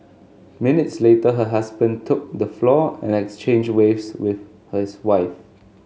minutes later her husband took the floor and exchanged waves with hers wife